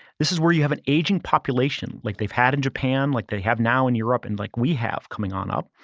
this is where you have an aging population like they've had in japan, like they have now in europe and like we have coming on up.